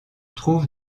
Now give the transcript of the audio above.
trouve